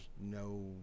no